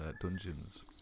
Dungeons